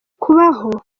kubaho